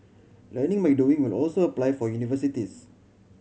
learning by doing will also apply for universities